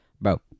Bro